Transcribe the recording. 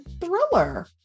thriller